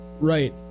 Right